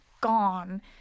gone